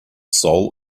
soul